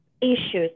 issues